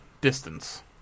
distance